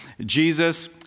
Jesus